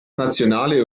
nationale